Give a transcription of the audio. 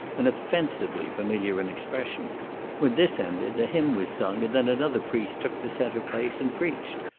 and offensively familiar in expression when this ended, a hymn was sung, and then another priest took the centre place, and preached.